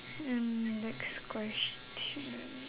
um next question